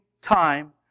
time